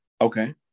Okay